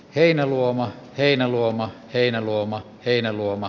heinäluoma heinäluoma heinäluoma heinäluoma